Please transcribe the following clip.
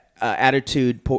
attitude